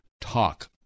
talk